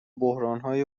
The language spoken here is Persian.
بحرانهای